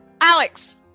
alex